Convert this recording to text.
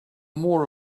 more